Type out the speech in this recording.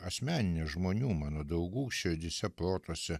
asmenine žmonių mano draugų širdyse protuose